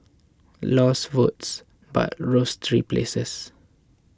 lost votes but rose three places